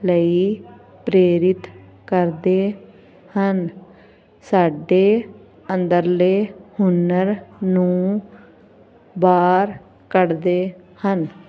ਲਈ ਪ੍ਰੇਰਿਤ ਕਰਦੇ ਹਨ ਸਾਡੇ ਅੰਦਰਲੇ ਹੁਨਰ ਨੂੰ ਬਾਹਰ ਕੱਢਦੇ ਹਨ